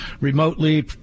remotely